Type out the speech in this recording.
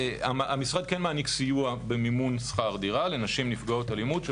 המשרד כן מעניק סיוע במימון שכר דירה לנשים נפגעות אלימות.